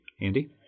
Andy